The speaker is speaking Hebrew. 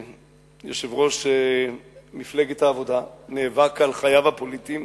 יושב-ראש מפלגת העבודה, נאבק על חייו הפוליטיים.